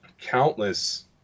countless